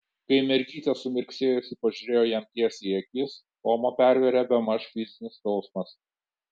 kai mergytė sumirksėjusi pažiūrėjo jam tiesiai į akis tomą pervėrė bemaž fizinis skausmas